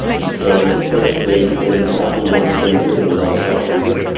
and so you know fixed is there's exactly one standard and thou shalt use it.